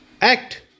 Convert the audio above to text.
act